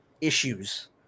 issues